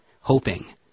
hoping